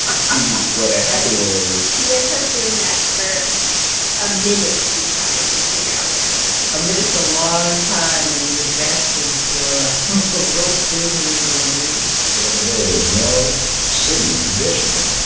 see, what had happened was. he ends up doing that for a minute. he's trying to figure out what to say a minute's a long time when you're grasping for ah for rope that isn't anywhere near you. so the other day, there is no city, traditionally,